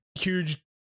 huge